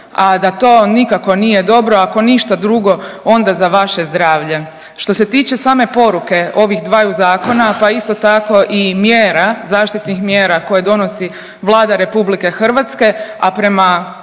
a da to nikako nije dobro ako ništa drugo onda za vaše zdravlje. Što se tiče same poruke ovih dvaju zakona, pa isto tako i mjera, zaštitnih mjera koje donosi Vlada Republike Hrvatske a prema